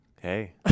Hey